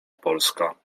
polska